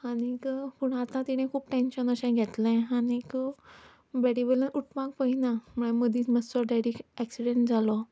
आनीक पूण आतां तिणें खूब टॅन्शन अशें घेतलें आनीक बेडी वयल्यान उठपाक पळयना मदींच मातसो डॅडीक एक्सिडंट जालो